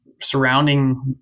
surrounding